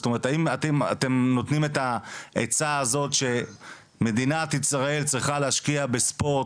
האם אתם נותנים את העצה הזאת שמדינת ישראל צריכה להשקיע בספורט